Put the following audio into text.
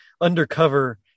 undercover